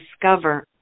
discover